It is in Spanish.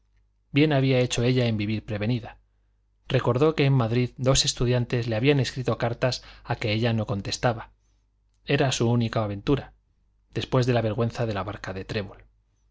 bien había hecho ella en vivir prevenida recordó que en madrid dos estudiantes le habían escrito cartas a que ella no contestaba era su única aventura después de la vergüenza de la barca de trébol el